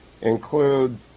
include